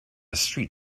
street